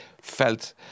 felt